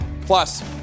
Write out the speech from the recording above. Plus